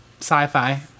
Sci-Fi